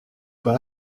pas